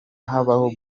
habaho